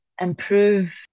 improve